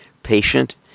patient